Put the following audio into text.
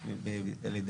בבקשה.